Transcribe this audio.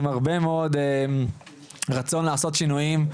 עם הרבה מאוד רצון לעשות שינויים,